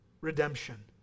redemption